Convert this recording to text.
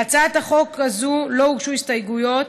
להצעת החוק הזאת לא הוגשו הסתייגויות,